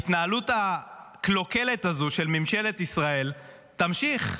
ההתנהלות הקלוקלת הזאת של ממשלת ישראל תמשיך,